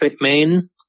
main